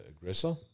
aggressor